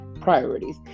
priorities